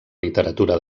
literatura